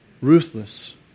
ruthless